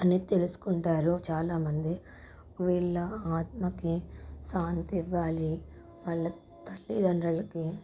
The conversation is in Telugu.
అని తెలుసుకుంటారు చాలామంది వీళ్ళ ఆత్మకి శాంతి ఇవ్వాలి వాళ్ళ తల్లిదండ్రులకు